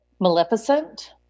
Maleficent